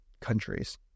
countries